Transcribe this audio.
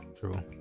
True